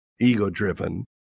ego-driven